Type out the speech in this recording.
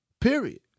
Period